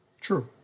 True